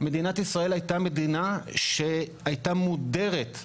מדינת ישראל הייתה מדינה שהייתה מודרת